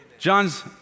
John's